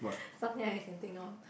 something I can think of